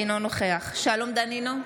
אינו נוכח שלום דנינו,